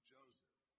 Joseph